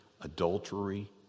adultery